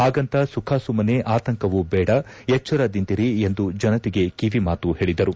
ಹಾಗಂತ ಸುಖಾಸುಮ್ನೆ ಆತಂಕವೂ ಬೇಡ ಎಚ್ಚರದಿಂದಿರಿ ಎಂದು ಜನತೆಗೆ ಕಿವಿಮಾತು ಹೇಳಿದರು